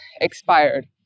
expired